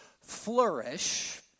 flourish